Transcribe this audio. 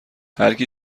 هرکی